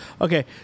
Okay